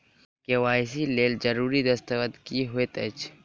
KYC लेल जरूरी दस्तावेज की होइत अछि?